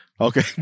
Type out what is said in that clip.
Okay